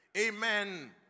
amen